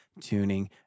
tuning